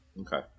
okay